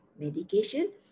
medication